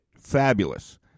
fabulous